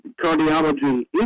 cardiology